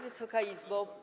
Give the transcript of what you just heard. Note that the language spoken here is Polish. Wysoka Izbo!